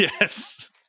yes